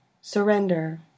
Surrender